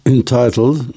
entitled